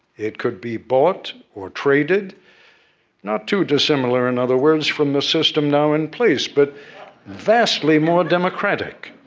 it could be bought or traded not too dissimilar, in other words, from the system now in place, but vastly more democratic.